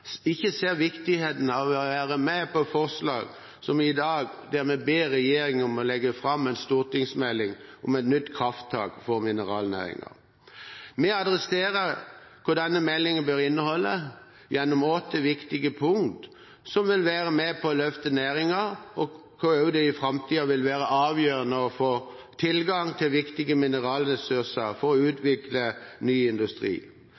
ikke ser viktigheten av å være med på forslagene i dag, der vi ber regjeringen legge fram en stortingsmelding om et nytt krafttak for mineralnæringen. Vi adresserer hva denne meldingen bør inneholde gjennom åtte viktige punkter som vil være med på å løfte næringen – og det vil i framtiden være avgjørende å få tilgang til viktige mineralressurser for å utvikle ny industri.